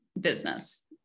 business